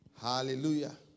Hallelujah